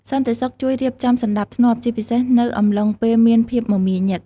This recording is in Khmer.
សន្តិសុខជួយរៀបចំសណ្តាប់ធ្នាប់ ជាពិសេសនៅកំឡុងពេលមានភាពមមាញឹក។